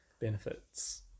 benefits